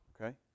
Okay